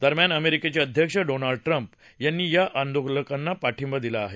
दरम्यान अमेरिकेचे अध्यक्ष डोनाल्ड ट्रम्प यांनी या आंदोलकांना पाठिंबा दर्शवला आहे